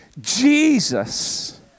Jesus